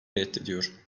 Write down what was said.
reddediyor